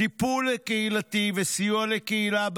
טיפול קהילתי וסיוע לקהילה,